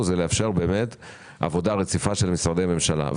הוא לאפשר עבודה רציפה של משרדי הממשלה.